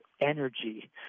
energy